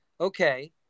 okay